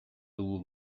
dugu